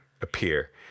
appear